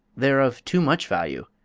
they're of too much value.